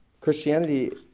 Christianity